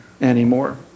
anymore